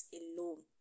alone